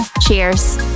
Cheers